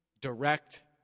direct